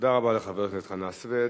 תודה רבה לחבר הכנסת חנא סוייד.